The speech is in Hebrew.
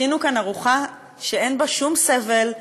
הכינו כאן ארוחה שאין בה שום סבל,